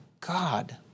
God